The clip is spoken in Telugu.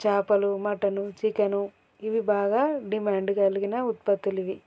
చేపలు మటన్ చికెన్ ఇవి బాగా డిమాండ్ కలిగిన ఉత్పత్తులివి